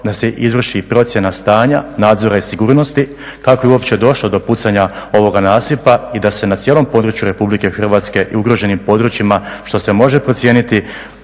da se izvrši procjena stanja, nadzora i sigurnosti, kako je uopće došlo do pucanja ovoga nasipa i da se na cijelom području RH i ugroženim područjima što se može procijeniti